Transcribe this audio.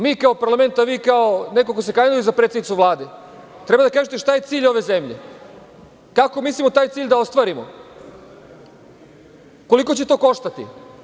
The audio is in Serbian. Mi kao Parlament, vi kao neko ko se kandiduje za predsednicu Vlade, treba da kažete šta je cilj ove zemlje, kako mislimo taj cilj da ostvarimo, koliko će to koštati.